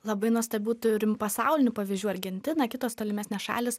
labai nuostabių turim pasaulinių pavyzdžių argentina kitos tolimesnės šalys